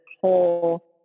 whole